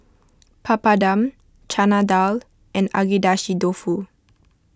Papadum Chana Dal and Agedashi Dofu